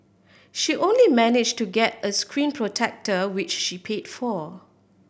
she only manage to get a screen protector which she paid for